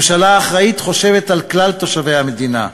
ממשלה אחראית חושבת על כלל תושבי המדינה.